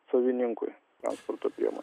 savininkui transporto priemonės